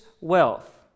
wealth